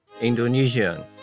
Indonesian